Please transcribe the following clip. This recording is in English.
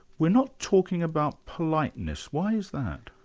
we're not talking about politeness. why is that?